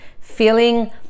feeling